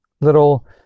little